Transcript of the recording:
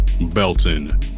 Belton